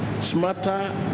smarter